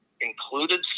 included